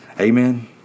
Amen